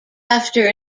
after